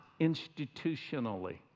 institutionally